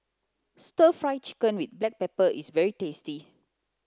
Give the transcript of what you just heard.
stir fry chicken with black pepper is very tasty